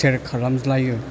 सेर खालामज्लायो